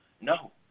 No